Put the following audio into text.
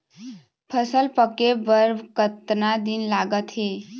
फसल पक्के बर कतना दिन लागत हे?